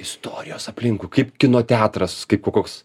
istorijos aplinkui kaip kino teatras kaip ko koks